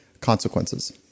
consequences